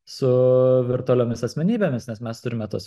su virtualiomis asmenybėmis nes mes turime tas